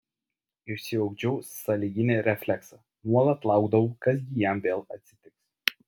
išsiugdžiau sąlyginį refleksą nuolat laukdavau kas gi jam vėl atsitiks